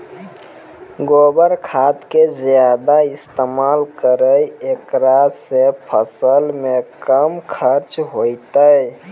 गोबर खाद के ज्यादा इस्तेमाल करौ ऐकरा से फसल मे कम खर्च होईतै?